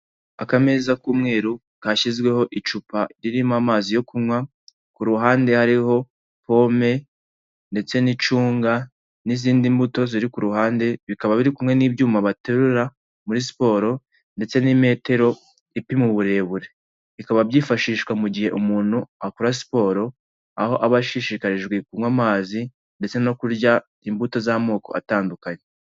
Akame k'umweru kashyizweho icupa ririmo amazi yo kunywa ku ruhande hariho pome ndetse n'icunga n'izindi mbuto ziri kuru ruhande bikaba biri kumwe n'ibyuma baterura muri siporo ndetse n'imetero ipima uburebure bikaba byifashishwa mu gihe umuntu akora siporo aho aba ashishikarijwe kunywa amazi ndetse no kurya imbuto z'amoko atandukanye.